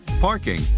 parking